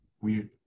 weird